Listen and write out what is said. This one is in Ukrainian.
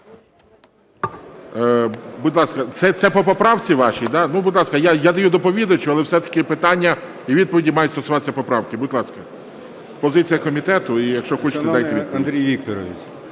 Будь ласка. Це по поправці вашій, да? Будь ласка, я даю доповідачу, але все-таки питання і відповіді мають стосуватися поправки. Будь ласка, позиція комітету.